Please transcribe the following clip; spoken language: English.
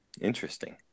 Interesting